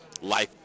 life